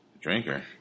drinker